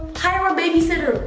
hire babysitter